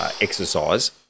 exercise